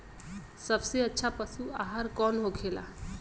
सबसे अच्छा पशु आहार कौन होखेला?